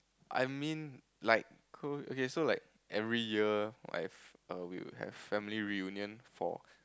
I mean like cu~ okay so like every year my err we would have family reunion for